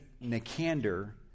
Nicander